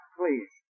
please